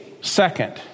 second